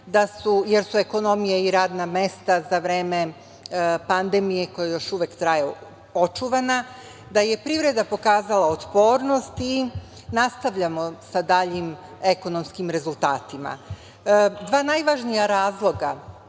jer su ekonomije i radna mesta za vreme pandemije koja još uvek traje očuvana, da je privreda pokazala otpornost i nastavljamo sa daljim ekonomskim rezultatima. Dva najvažnija razloga